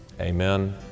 Amen